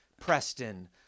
Preston